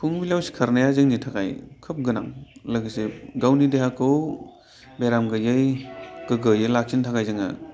फुंबिलियाव सिखारनाया जोंनि थाखाय खोब गोनां लोगोसे गावनि देहाखौ बेराम गैयै गोग्गोयै लाखिनो थाखाय जोङो